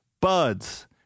Buds